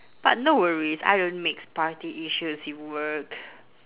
but no worries I don't mix party issues with work